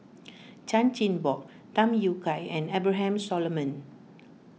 Chan Chin Bock Tham Yui Kai and Abraham Solomon